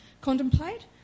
contemplate